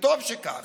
וטוב שכך.